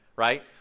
Right